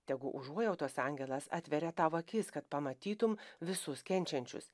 tegu užuojautos angelas atveria tau akis kad pamatytum visus kenčiančius